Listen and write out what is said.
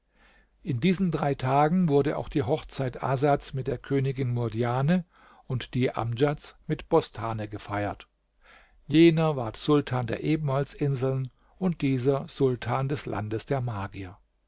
in diesen drei tagen wurde auch die hochzeit asads mit der königin murdjane und die amdjads mit bostane gefeiert jener ward sultan der ebenholzinseln und dieser sultan des landes der magier